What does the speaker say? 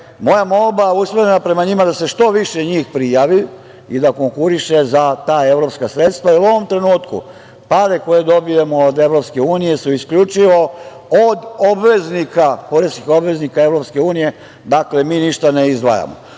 moja molba usmerena njima da se što više njih prijavi i da konkuriše za ta evropska sredstva, jer u ovom trenutku pare koje dobijamo od EU su isključivo od poreskih obveznika EU, dakle mi ništa ne izdvajamo. Ono